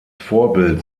vorbild